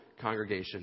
congregation